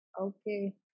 Okay